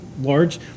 large